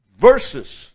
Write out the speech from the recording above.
verses